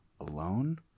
Alone